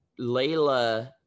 Layla